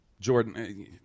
Jordan